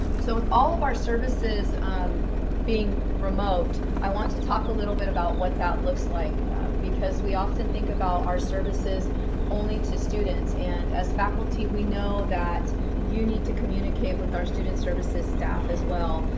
so with all of our services um being remote, i want to talk a little bit about what that looks like because we often think about our services only to students, and as faculty, we know that you need to communicate with our student services staff as well.